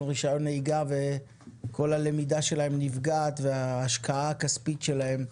רישיון נהיגה וכל הלמידה שלהם נפגעת וההשקעה הכספית שלהם,